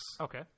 Okay